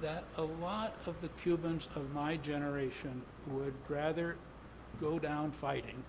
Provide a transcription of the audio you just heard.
that a lot of the cubans of my generation would rather go down fighting